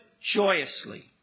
joyously